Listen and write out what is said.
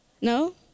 No